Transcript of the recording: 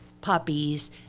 puppies